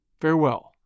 FAREWELL